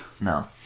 No